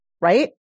right